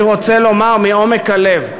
אני רוצה לומר מעומק הלב,